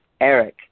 Eric